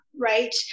right